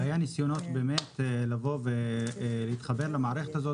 היו ניסיונות לבוא ולהתחבר למערכת הזאת